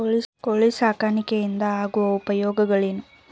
ಕೋಳಿ ಸಾಕಾಣಿಕೆಯಿಂದ ಆಗುವ ಉಪಯೋಗಗಳೇನು?